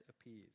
appears